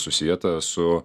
susietas su